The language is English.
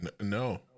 no